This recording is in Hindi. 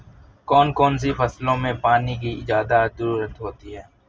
कौन कौन सी फसलों में पानी की ज्यादा ज़रुरत होती है?